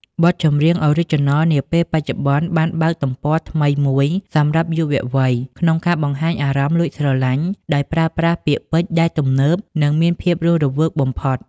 បទចម្រៀង Original Song នាពេលបច្ចុប្បន្នបានបើកទំព័រថ្មីមួយសម្រាប់យុវវ័យ ក្នុងការបង្ហាញអារម្មណ៍លួចស្រឡាញ់ ដោយប្រើប្រាស់ពាក្យពេចន៍ដែលទំនើប និងមានភាពរស់រវើកបំផុត។